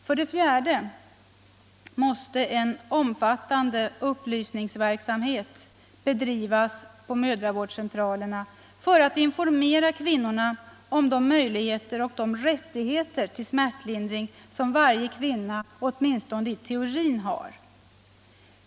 För det fjärde måste en omfattande upplysningsverksamhet bedrivas på mödravårdscentralerna för att informera kvinnorna om de möjligheter och de rättigheter till smärtlindring som varje kvinna, åtminstone i teorin, har.